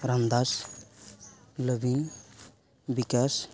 Ramdas Lobin Vikas